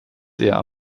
sehr